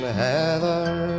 heather